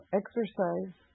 exercise